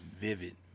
vivid